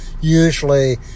usually